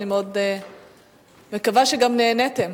ואני מקווה שגם נהניתם.